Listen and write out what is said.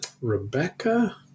Rebecca